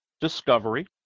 discovery